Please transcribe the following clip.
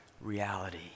reality